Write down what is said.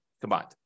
combined